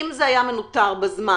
אם זה היה מנוטר בזמן,